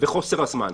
וחוסר הזמן.